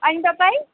अनि तपाईँ